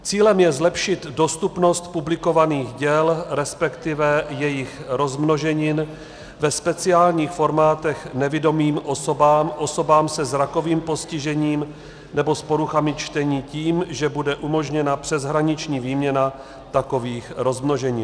Cílem je zlepšit dostupnost publikovaných děl, respektive jejich rozmnoženin, ve speciálních formátech nevidomým osobám, osobám se zrakovým postižením nebo s poruchami čtení tím, že bude umožněna přeshraniční výměna takových rozmnoženin.